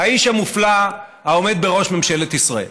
האיש המופלא העומד בראש משלת ישראל.